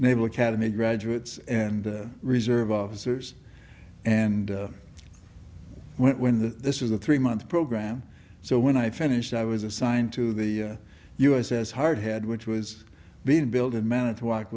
naval academy graduates and reserve officers and when the this is a three month program so when i finished i was assigned to the u s s hardhead which was being built and managed to walk